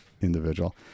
individual